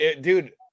Dude